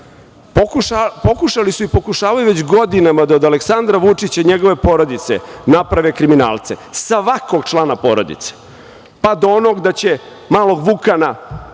Pokušali su i pokušavaju već godinama da od Aleksandra Vučića i njegove porodice naprave kriminalce, svakog člana porodice, pa do onog da će malog Vukana,